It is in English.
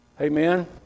Amen